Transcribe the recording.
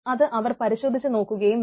അത് അവർ പരിശോധിച്ച് നോക്കുകയും വേണം